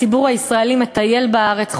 הציבור הישראלי מטייל בארץ,